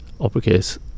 uppercase